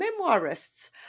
memoirists